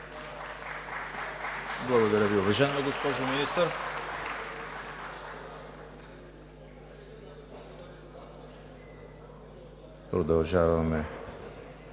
Благодаря Ви, уважаема госпожо Министър. Продължаваме